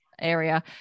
area